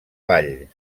vall